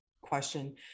question